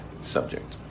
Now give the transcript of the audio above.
subject